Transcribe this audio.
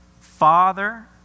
Father